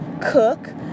cook